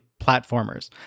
platformers